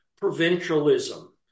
provincialism